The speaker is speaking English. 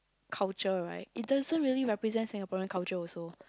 culture right it doesn't really represent Singaporean culture also